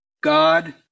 God